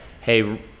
hey